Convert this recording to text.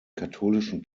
katholischen